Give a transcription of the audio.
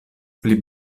pli